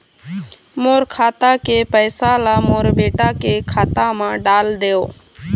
मोर खाता के पैसा ला मोर बेटा के खाता मा डाल देव?